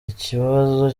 ikibazo